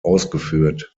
ausgeführt